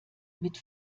mit